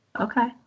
Okay